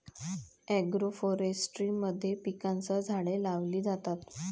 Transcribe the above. agroforestry मध्ये पिकांसह झाडे लावली जातात